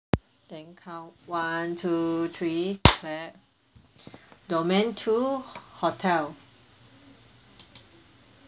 then count one two three clap domain two ho~ hotel